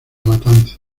matanza